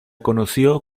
conoció